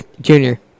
Junior